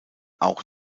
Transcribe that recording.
auch